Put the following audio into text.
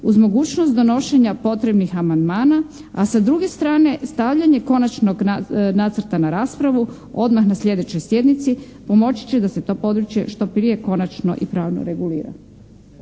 uz mogućnost donošenja potrebnih amandmana, a sa druge strane stavljanje konačnog nacrta na raspravu odmah na sljedećoj sjednici pomoći će da se to područje što prije konačno i pravno regulira.